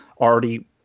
already